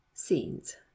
scenes